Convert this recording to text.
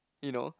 you know